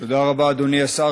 תודה רבה, אדוני השר.